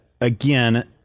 again